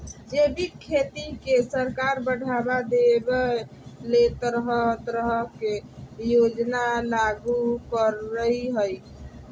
जैविक खेती के सरकार बढ़ाबा देबय ले तरह तरह के योजना लागू करई हई